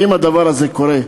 האם הדבר הזה קורה?